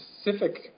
specific